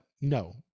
no